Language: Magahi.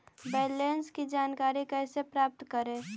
बैलेंस की जानकारी कैसे प्राप्त करे?